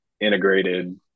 integrated